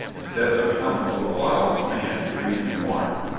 instead of a helmet to allow a man to breathe in water!